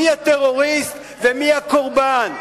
מי הטרוריסט ומי הקורבן?